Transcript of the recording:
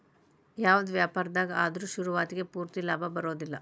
ಯಾವ್ದ ವ್ಯಾಪಾರ್ದಾಗ ಆದ್ರು ಶುರುವಾತಿಗೆ ಪೂರ್ತಿ ಲಾಭಾ ಬರೊದಿಲ್ಲಾ